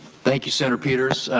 thank you senator peters.